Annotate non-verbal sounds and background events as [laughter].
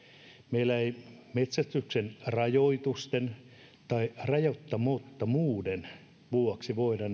meillä ei metsästyksen rajoitusten tai rajoittamattomuuden vuoksi voida [unintelligible]